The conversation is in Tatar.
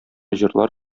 җырлар